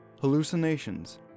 hallucinations